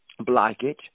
blockage